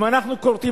אם אנחנו כורתים,